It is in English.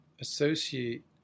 associate